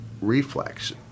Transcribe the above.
reflex